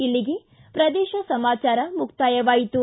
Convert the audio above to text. ಇಲ್ಲಿಗೆ ಪ್ರದೇಶ ಸಮಾಚಾರ ಮುಕ್ತಾಯವಾಯಿತು